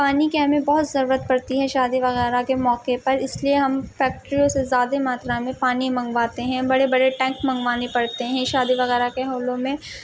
پانی کی ہمیں بہت ضرورت پڑتی ہے شادی وغیرہ کے موقعے پر اس لیے ہم فیکٹریوں سے زیادہ ماترا میں پانی منگواتے ہیں بڑے بڑے ٹینک منگوانے پڑتے ہیں شادی وغیرہ کے ہالوں میں